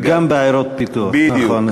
גם בעיירות פיתוח, נכון.